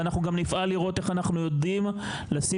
ואנחנו נפעל לראות איך אנחנו יודעים לשים